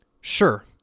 Sure